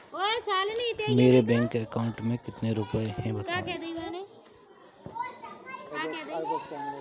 मेरे bank account में कितने रुपए हैं बताएँ?